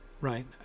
right